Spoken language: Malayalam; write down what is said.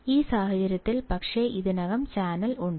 ഈ സാഹചര്യത്തിൽ പക്ഷേ ഇതിനകം ചാനൽ ഉണ്ട്